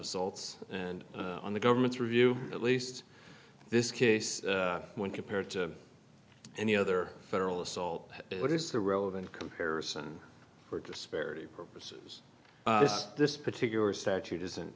assaults and on the government's review at least this case when compared to any other federal assault what is the relevant comparison for disparity purposes as this particular statute is